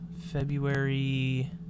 February